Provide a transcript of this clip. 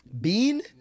Bean